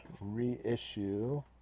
reissue